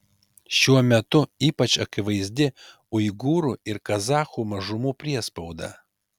šiuo metu ypač akivaizdi uigūrų ir kazachų mažumų priespauda